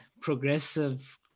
progressive